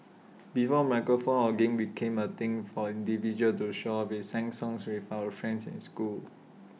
before microphone hogging became A thing for individuals to show off we sang songs with our friends in school